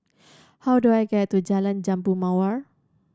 how do I get to Jalan Jambu Mawar